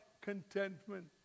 contentment